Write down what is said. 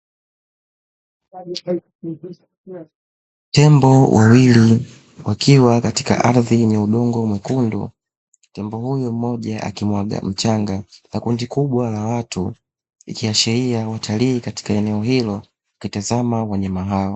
Tembo wawili wakiwa katika ardhi yenye udongo mwekundu, tembo huyo mmoja akimwaga mchanga na kundi kubwa la watu nikiashiria watalii katika eneo hilo ukitazama wenye hao.